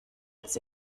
als